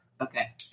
Okay